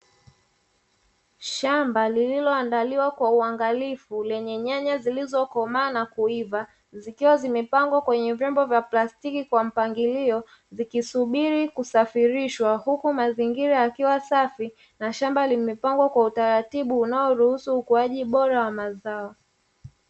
Shamba lililoandaliwa kwa uangalifu lenye nyanya zilizokomaa na kuiva zikiwa zimepangwa kwenye vyombo vya plastiki kwa mpangilio, vikisubiri kusafirishwa huku mazingira yakiwa safi na shamba limepangwa kwa utaratibu unaoruhusu ukuaji bora wa mazao.